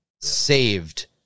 saved